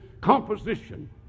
composition